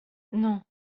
non